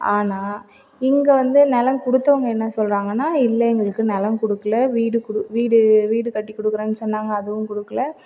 ஆனால் இங்கே வந்து நிலம் கொடுத்தவங்க என்ன சொல்றாங்கன்னா இல்லை எங்களுக்கு நிலம் கொடுக்கல வீடு வீடு வீடு கட்டிக் கொடுக்குறனு சொன்னாங்கள் அதுவும் கொடுக்கல